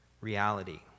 reality